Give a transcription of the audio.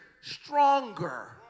stronger